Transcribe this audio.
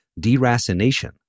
deracination